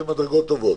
אלה מדרגות טוב.